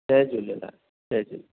जय झूलेलाल जय झूले